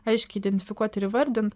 aiškiai identifikuoti ir įvardint